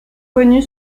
connue